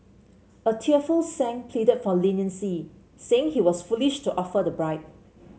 a tearful Sang pleaded for leniency saying he was foolish to offer the bribe